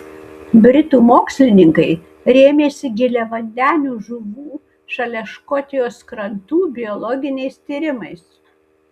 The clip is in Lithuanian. britų mokslininkai rėmėsi giliavandenių žuvų šalia škotijos krantų biologiniais tyrimais